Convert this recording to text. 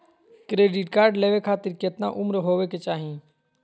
Credit card लेवे खातीर कतना उम्र होवे चाही?